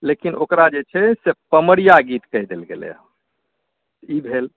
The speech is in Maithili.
लेकिन ओकरा जे छै से पमरिआ गीत कहि देल गेलै हेँ ई भेल